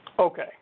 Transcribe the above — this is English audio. Okay